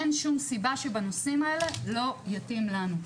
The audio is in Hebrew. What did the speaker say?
אין שום סיבה שבנושאים האלה לא יתאים לנו.